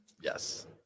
yes